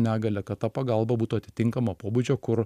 negalia kad ta pagalba būtų atitinkamo pobūdžio kur